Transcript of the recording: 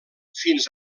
fins